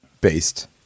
based